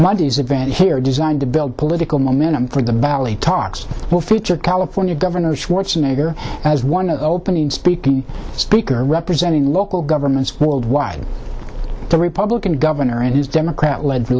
monday's event here designed to build political momentum for the valley talks will feature california governor schwarzenegger as one of the opening speaking speaker representing local governments worldwide the republican governor and his democrat led